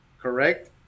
correct